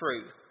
truth